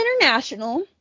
international